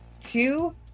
two